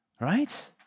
right